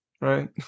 right